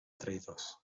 traïdors